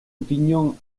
opinion